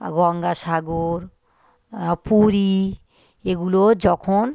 গঙ্গাসাগর পুরী এগুলো যখন